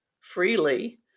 freely